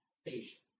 station